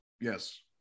Yes